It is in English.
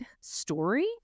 story